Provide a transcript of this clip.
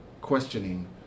questioning